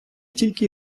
тільки